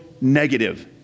negative